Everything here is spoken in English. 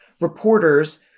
reporters